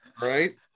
Right